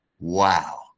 wow